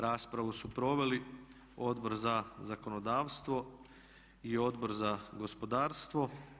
Raspravu su proveli Odbor za zakonodavstvo i Odbor za gospodarstvo.